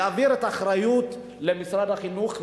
להעביר את האחריות למשרד החינוך,